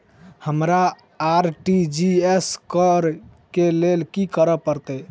हमरा आर.टी.जी.एस करऽ केँ लेल की करऽ पड़तै?